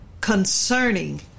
concerning